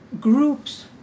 groups